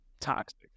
toxic